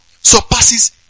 surpasses